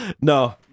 No